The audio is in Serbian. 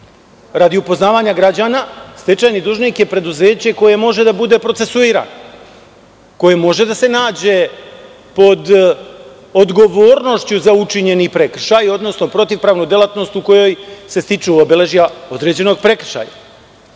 Radi upoznavanja građana, stečajni dužnik je preduzeće koje može da bude procesuirano, koje može da se nađe pod odgovornošću za učinjeni prekršaj, odnosno protivpravnu delatnost u kojoj se stiču obeležja određenog prekršaja. Nisam